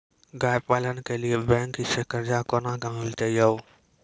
गाय पालन के लिए बैंक से कर्ज कोना के मिलते यो?